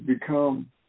become